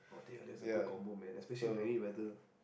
yeah so